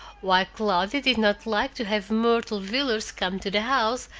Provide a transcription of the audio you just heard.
why cloudy did not like to have myrtle villers come to the house,